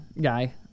guy